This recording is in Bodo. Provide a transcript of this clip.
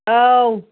औ